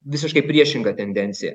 visiškai priešinga tendencija